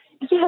yes